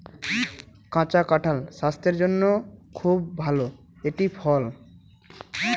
কাঁচা কাঁঠাল স্বাস্থের জন্যে খুব ভালো একটি ফল